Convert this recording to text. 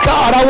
God